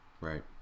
Right